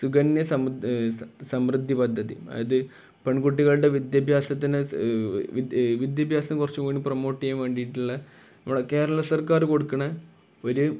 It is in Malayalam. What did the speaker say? സുകന്യ സദ് സമൃദ്ധി പദ്ധതി അതായത് പെൺകുട്ടികളുടെ വിദ്യാഭ്യാസത്തിന് വിദ്യാഭ്യാസം കുറച്ചും കൂടി പ്രൊമോട്ട് ചെയ്യാൻ വേണ്ടിയിട്ടുള്ള നമ്മുടെ കേരള സർക്കാർ കൊടുക്കുന്ന ഒരു